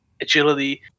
agility